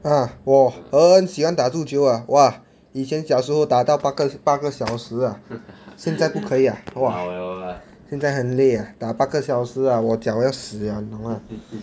ah 我很喜欢打足球 ah !wah! 以前小时候打到八个八个小时 ah 现在不可以 !wah! 现在很累 ah 打八个小时 ah 我脚要死 liao 你懂吗